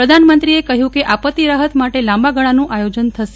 પ્રધાનમંત્રીએ કહ્યું કે આપત્તિ રાહત માટે લાંબાગાળાનું આયા ેજન થશે